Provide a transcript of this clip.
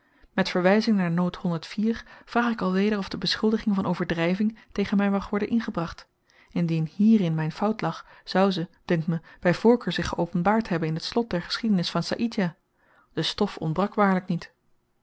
met verwyzing naar vraag ik alweder of de beschuldiging van overdryving tegen my mag worden ingebracht indien hierin m'n fout lag zou ze dunkt me by voorkeur zich geopenbaard hebben in t slot der geschiedenis van saïdjah de stof ontbrak waarlyk niet